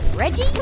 reggie,